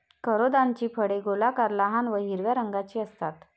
करोंदाची फळे गोलाकार, लहान व हिरव्या रंगाची असतात